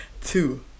two